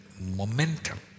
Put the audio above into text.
Momentum